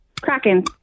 Kraken